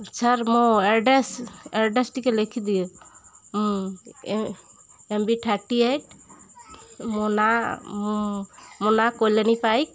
sir ମୋ address address ଟିକେ ଲେଖିଦିଅ ଏମ୍ ବି ଥାର୍ଟି ଏଇଟ୍ ମୋ ନାଁ ମୋ ନାଁ କୋଲନୀ ପାଇକ୍